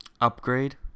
upgrade